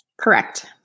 Correct